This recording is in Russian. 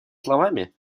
словами